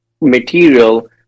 material